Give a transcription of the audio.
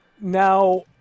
Now